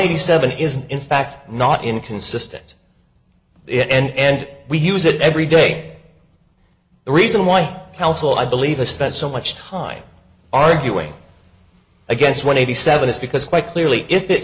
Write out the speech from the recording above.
eighty seven is in fact not inconsistent and we use it every day the reason why counsel i believe a spent so much time arguing against one eighty seven is because quite clearly if it